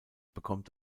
bekommt